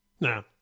No